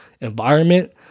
environment